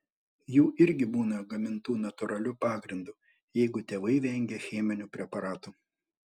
jų irgi būna gamintų natūraliu pagrindu jeigu tėvai vengia cheminių preparatų